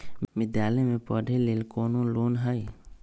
विद्यालय में पढ़े लेल कौनो लोन हई?